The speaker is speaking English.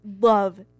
love